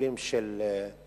ומשיקולים של שליטה,